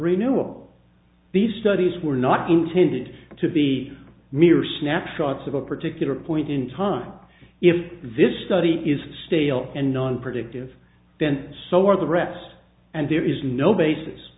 renewables these studies were not intended to be mere snapshots of a particular point in time if this study is stale and non predictive then so are the reps and there is no basis